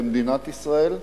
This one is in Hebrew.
במדינת ישראל,